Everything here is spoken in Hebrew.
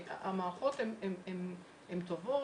המערכות הן טובות,